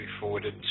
forwarded